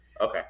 okay